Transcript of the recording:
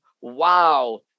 wow